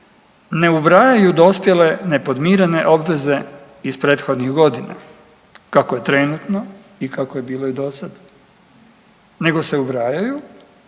ne ubrajaju dospjele nepodmirene obveze iz prethodnih godina, kako je trenutno i kako je bilo i dosad, nego se ubrajaju,